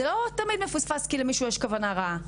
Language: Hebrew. זה לא מפוספס כי למישהו יש תמיד כוונה רעה.